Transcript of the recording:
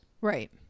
Right